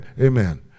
Amen